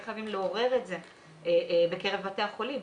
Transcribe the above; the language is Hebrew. חייבים לעורר את זה בקרב בתי החולים.